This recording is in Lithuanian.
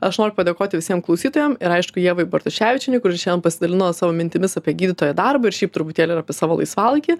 aš noriu padėkoti visiem klausytojam ir aišku ievai bartuševičienei kuri šian pasidalino savo mintimis apie gydytojo darbą ir šiaip truputėlį ir apie savo laisvalaikį